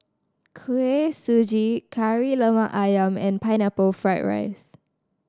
Kuih Suji Kari Lemak Ayam and Pineapple Fried rice